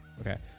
Okay